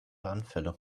anfälle